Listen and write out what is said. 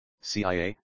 CIA